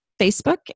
Facebook